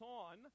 on